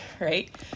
right